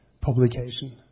publication